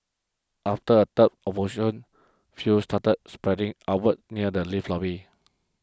after a third fuel started spreading upwards near the lift lobby